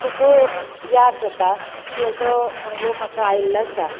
खूब याद जाता की असो अणभव म्हाका आयल्लो आसा